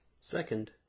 Second